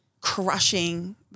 crushing